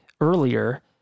earlier